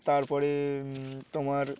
তার পরে তোমার